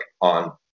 on